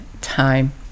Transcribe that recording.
time